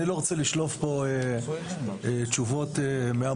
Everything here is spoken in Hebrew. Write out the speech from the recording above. אני לא רוצה לשלוף פה תשובות מהמותן.